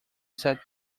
sat